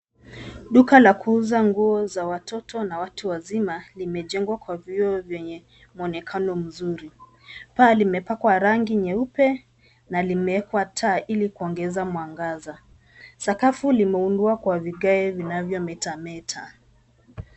Duka la kuuza nguo za watoto na watu wazima limejengwa kwa vyoo vyenye mwonekano mzuri. Paa limepakwa rangi nyeupe na limeekwa taa ilikuongeza mwangaza. Sakafu limeundwa kwa vigae vinavyo metameta.